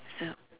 so